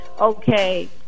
okay